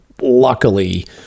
Luckily